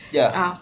ya